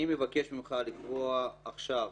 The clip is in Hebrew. אני מבקש ממך לקבוע עכשיו